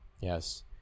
Yes